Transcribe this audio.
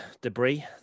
Debris